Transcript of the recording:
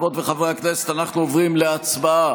רבי יהודה החסיד: רק עבד ה'